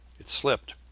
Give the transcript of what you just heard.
it slipped,